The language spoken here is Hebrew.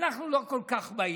אנחנו לא כל כך בעניין,